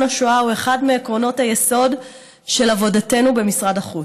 השואה הוא אחד מעקרונות היסוד של עבודתנו במשרד החוץ.